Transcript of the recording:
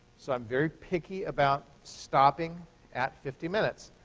so i'm very picky about stopping at fifty minutes.